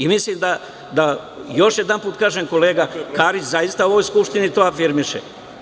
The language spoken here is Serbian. Još jedanput kažem, kolega Karić zaista u ovoj Skupštini to afirmiše.